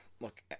look